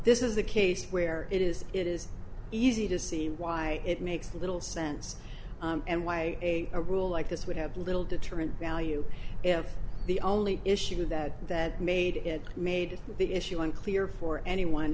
this is a case where it is it is easy to see why it makes little sense and why a a rule like this would have little deterrent value if the only issue that that made it made the issue unclear for anyone